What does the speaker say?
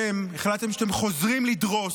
אתם, החלטתם שאתם חוזרים לדרוס,